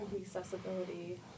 Accessibility